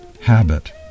habit